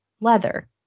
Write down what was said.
leather